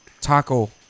taco